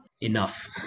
enough